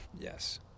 Yes